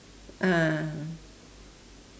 ah